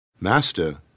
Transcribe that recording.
Master